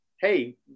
hey